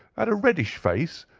had a reddish face,